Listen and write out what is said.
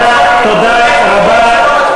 תודה רבה.